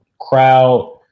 crowd